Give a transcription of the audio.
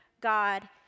God